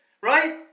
Right